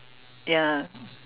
ya